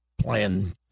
playing